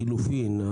החילופין,